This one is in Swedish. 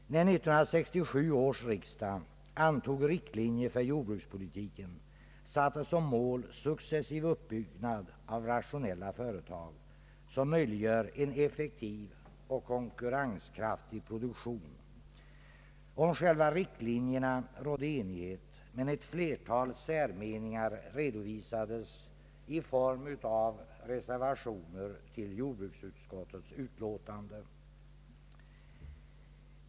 När 1967 års riksdag antog riktlinjer för jordbrukspolitiken sattes som mål en successiv uppbyggnad av rationella företag, som skulle möjliggöra en effektiv och konkurrenskraftig produktion. Om själva riktlinjerna rådde enighet, men ett flertal särmeningar redovisades i form av reservationer till jordbruksutskottets utlåtande.